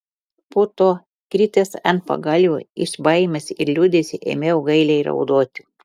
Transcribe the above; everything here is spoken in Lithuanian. po to kritęs ant pagalvių iš baimės ir liūdesio ėmiau gailiai raudoti